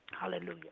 Hallelujah